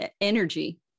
energy